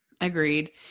Agreed